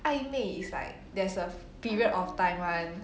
暧昧 is like there's a period of time [one]